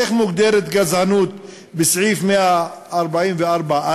איך מוגדרת גזענות בסעיף 144א?